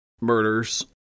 murders